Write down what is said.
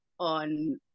on